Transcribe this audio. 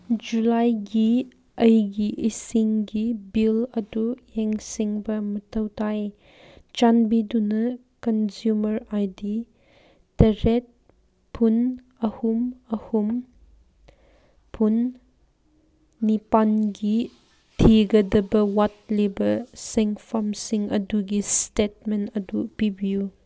ꯖꯨꯂꯥꯏꯒꯤ ꯑꯩꯒꯤ ꯏꯁꯤꯡꯒꯤ ꯕꯤꯜ ꯑꯗꯨ ꯌꯦꯡꯁꯤꯟꯕ ꯃꯊꯧ ꯇꯥꯏ ꯆꯥꯟꯕꯤꯗꯨꯅ ꯀꯟꯖꯨꯃꯔ ꯑꯥꯏ ꯗꯤ ꯇꯔꯦꯠ ꯐꯨꯟ ꯑꯍꯨꯝ ꯑꯍꯨꯝ ꯐꯨꯟ ꯅꯤꯄꯥꯜꯒꯤ ꯊꯤꯒꯗꯕ ꯋꯥꯠꯂꯤꯕ ꯁꯦꯟꯐꯝꯁꯤꯡ ꯑꯗꯨꯒꯤ ꯏꯁꯇꯦꯠꯃꯦꯟ ꯑꯗꯨ ꯄꯤꯕꯤꯌꯨ